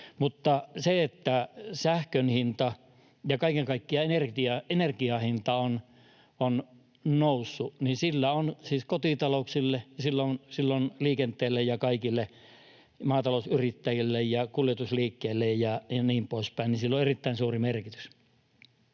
Mutta sillä, että sähkön hinta ja kaiken kaikkiaan energian hinta on noussut, on kotitalouksille ja liikenteelle ja kaikille, maatalousyrittäjille ja kuljetusliikkeille ja niin poispäin, erittäin suuri merkitys.